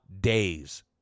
days